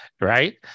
Right